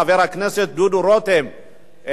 חבר הכנסת דודו רותם,